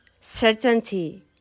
certainty